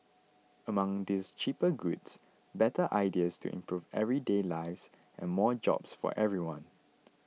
among these cheaper goods better ideas to improve everyday lives and more jobs for everyone